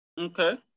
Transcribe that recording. Okay